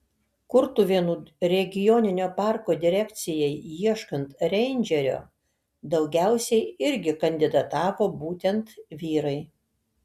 kurtuvėnų regioninio parko direkcijai ieškant reindžerio daugiausiai irgi kandidatavo būtent vyrai